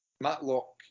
Matlock